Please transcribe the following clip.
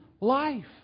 life